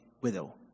widow